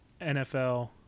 NFL